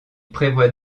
prévoit